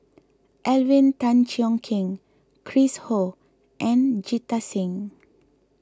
Alvin Tan Cheong Kheng Chris Ho and Jita Singh